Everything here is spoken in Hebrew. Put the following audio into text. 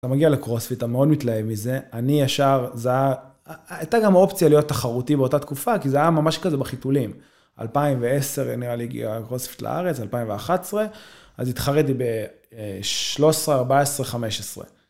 אתה מגיע לקרוספיט, אתה מאוד מתלהב מזה, אני ישר, זה היה, הייתה גם את האופציה להיות תחרותי באותה תקופה, כי זה היה ממש כזה בחיתולים. 2010 נראה לי הגיעה הקרוספיט לארץ, 2011, אז התחרתי ב-13, 14, 15.